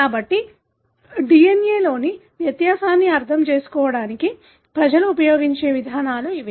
కాబట్టి DNA లోని వ్యత్యాసాన్ని అర్థం చేసుకోవడానికి ప్రజలు ఉపయోగించే విధానాలు ఇవి